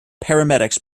paramedics